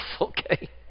okay